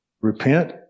repent